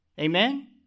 Amen